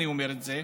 אני אומר את זה,